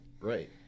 Right